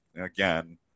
again